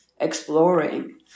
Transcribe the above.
exploring